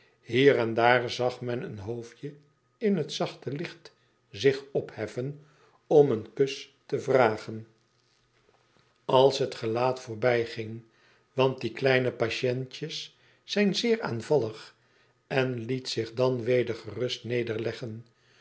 hier en daar zag men een hoofdje in het zachte licht zich opheffen om een kus te vragen als het gelaat voorbijging want die kleine patientjes zijn zeer aanvallig en liet zich dan weder gerust nederleggen